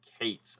Kate